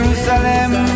Jerusalem